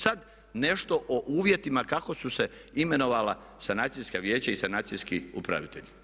Sad nešto o uvjetima kako su se imenovala sanacijska vijeća i sanacijski upravitelji.